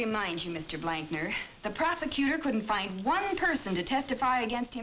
remind you mr blank you're the prosecutor couldn't find one person to testify against